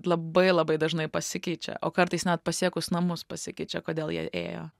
labai labai dažnai pasikeičia o kartais net pasiekus namus pasikeičia kodėl jie ėjo